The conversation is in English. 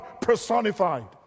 personified